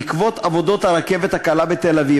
בעקבות עבודות הרכבת הקלה בתל-אביב,